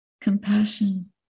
compassion